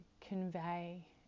convey